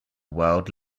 world